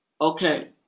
Okay